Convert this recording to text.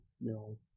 no